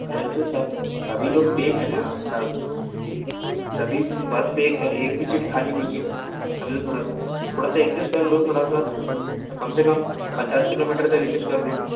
अरे तो सभी लोग पेक है ना सभी बस पेक है एक भी सीट खाली नहीं है समझो थोड़ा सा थोड़ा सा एग्जिस्ट कर लो थोड़ा सा कम से कम पचास किलोमीटर तक एग्जेस्ट कर लो